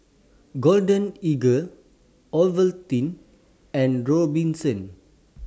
Golden Eagle Ovaltine and Robinsons